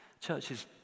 churches